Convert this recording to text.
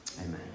Amen